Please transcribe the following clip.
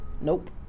Nope